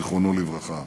זיכרונו לברכה.